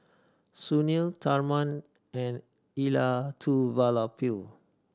Sunil Tharman and Elattuvalapil